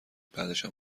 بعدشم